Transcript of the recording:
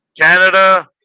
Canada